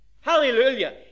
Hallelujah